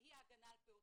והיא הגנה על פעוטות.